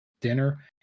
dinner